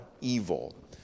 evil